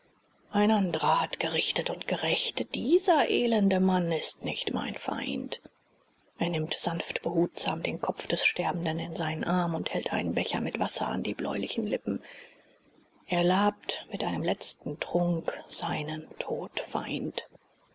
ein andrer hat gerichtet und gerächt dieser elende mann ist nicht mein feind er nimmt sanft behutsam den kopf des sterbenden in seinen arm und hält einen becher mit wasser an die bläulichen lippen er labt mit einem letzten trunk seinen todfeind